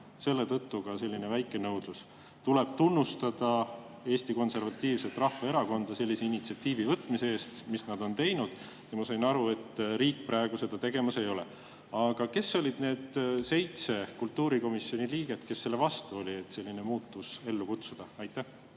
Selle tõttu ka väike nõudlus. Tuleb tunnustada Eesti Konservatiivset Rahvaerakonda selle initsiatiivi võtmise eest, mis nad on teinud. Ma sain aru, et riik praegu seda tegemas ei ole. Aga kes olid need seitse kultuurikomisjoni liiget, kes selle vastu olid, et selline muutus ellu kutsuda? Tänan,